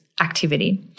activity